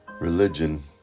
religion